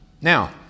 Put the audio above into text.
now